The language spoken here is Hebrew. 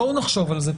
בואו נחשוב על זה.